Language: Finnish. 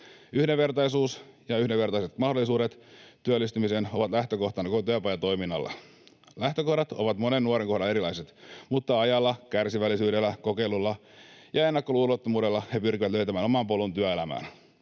Yhdenvertaisuus ja yhdenvertaiset mahdollisuudet työllistymiseen ovat lähtökohtana koko työpajatoiminnalla. Lähtökohdat ovat monen nuoren kohdalla erilaiset, mutta ajalla, kärsivällisyydellä, kokeilulla ja ennakkoluulottomuudella he pyrkivät löytämään oman polun työelämään.